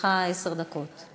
לרשותך עד עשר דקות.